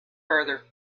further